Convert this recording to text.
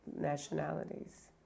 nationalities